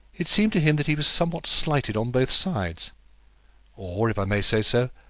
it seemed to him that he was somewhat slighted on both sides or, if i may say so,